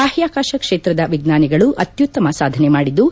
ಬಾಹ್ಲಾಕಾಶ ಕ್ಷೇತ್ರದ ವಿಜ್ವಾನಿಗಳು ಅತ್ಯುತ್ತಮ ಸಾಧನೆ ಮಾಡಿದ್ದು